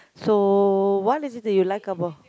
so what is it that you like about